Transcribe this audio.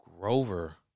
Grover